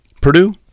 Purdue